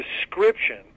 description